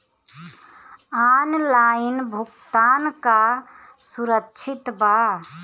Online भुगतान का सुरक्षित बा?